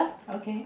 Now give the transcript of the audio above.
okay